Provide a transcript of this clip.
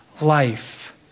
life